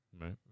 Right